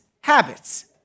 habits